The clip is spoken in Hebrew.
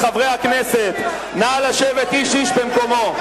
חברי הכנסת, נא לשבת איש-איש במקומו.